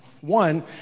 One